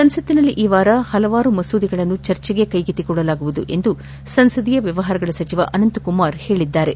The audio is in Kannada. ಸಂಸತ್ನಲ್ಲಿ ಈ ವಾರ ಹಲವಾರು ಮಸೂದೆಗಳನ್ನು ಚರ್ಚೆಗೆ ಕೈಗೆತ್ತಿಕೊಳ್ಳಲಾಗುವುದು ಎಂದು ಸಂಸದೀಯ ವ್ಚವಹಾರಗಳ ಸಚಿವ ಅನಂತಕುಮಾರ್ ಹೇಳಿದ್ದಾರೆ